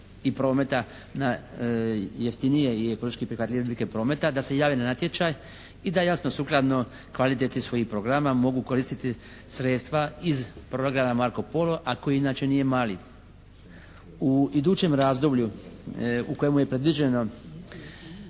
i prometa na jeftinije i ekološki prihvatljivije oblike prometa da se jave na natječaj i da jasno sukladno kvaliteti svojih programa mogu koristiti sredstva iz programa Marko Polo, a koji inače nije mali. U idućem razdoblju u kojemu je predviđeno